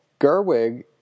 Gerwig